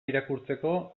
irakurtzeko